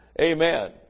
Amen